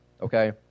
okay